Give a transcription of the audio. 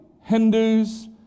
Hindus